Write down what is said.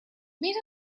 made